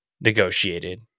negotiated